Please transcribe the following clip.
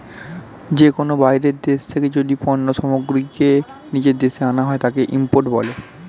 যে কোনো বাইরের দেশ থেকে যদি পণ্য সামগ্রীকে নিজের দেশে আনা হয়, তাকে ইম্পোর্ট বলে